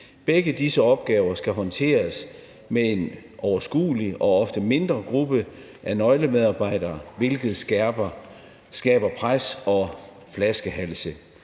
Begge disse opgaver skal håndteres af en overskuelig og ofte mindre gruppe af nøglemedarbejdere, hvilket skaber pres og flaskehalse.